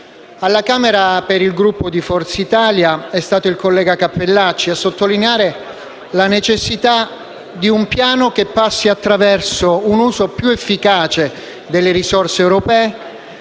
Alla Camera, per il Gruppo di Forza Italia, è stato il collega Cappellacci a sottolineare la necessità di un piano che passi attraverso un uso più efficace delle risorse europee,